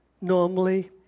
normally